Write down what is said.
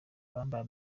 bambaye